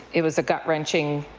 it was a gut wrenching